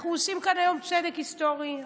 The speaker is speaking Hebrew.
אנחנו עושים כאן היום צדק היסטורי.